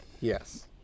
Yes